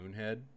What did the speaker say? Moonhead